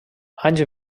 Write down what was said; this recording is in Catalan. anys